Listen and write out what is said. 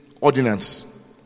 ordinance